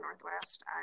Northwest